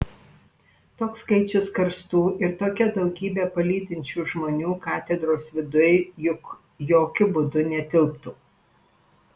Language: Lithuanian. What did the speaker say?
toks skaičius karstų ir tokia daugybė palydinčių žmonių katedros viduj juk jokiu būdu netilptų